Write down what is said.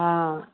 हँ